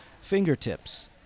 fingertips